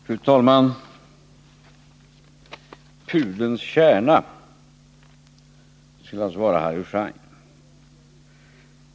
Fru talman! Pudelns kärna skulle alltså vara Harry Schein.